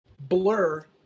blur